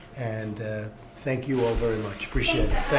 and thank you all very much. appreciate it,